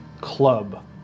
club